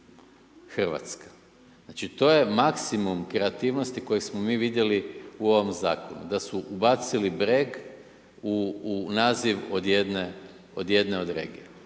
Hrvatska. Znači to je maksimum kreativnosti koji smo mi vidjeli u ovom zakonu da su ubacili breg u naziv od jedne od regija.